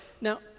now